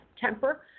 temper